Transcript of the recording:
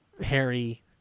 Harry